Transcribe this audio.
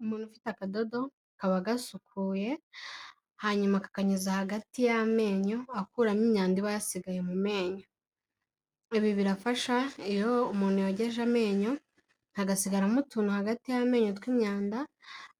Umuntu ufite akadodo kaba gasukuye, hanyuma kakanyuza hagati y'amenyo, akuramo imyanda iba yasigaye mu menyo. Ibi birafasha iyo umuntu yogeje amenyo, hagasigaramo utuntu hagati y'amenyo tw'imyanda,